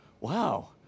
wow